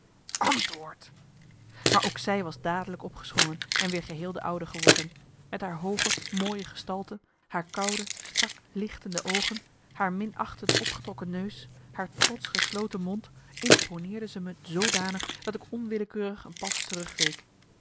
maar ook zij was dadelijk opgesprongen en weer geheel de oude geworden met haar hooge mooie marcellus emants een nagelaten bekentenis gestalte haar koude strak lichtende oogen haar minachtend opgetrokken neus haar trotsch gesloten mond imponeerde ze me zoodanig dat ik onwillekeurig een pas